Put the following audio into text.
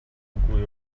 үгүй